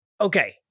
okay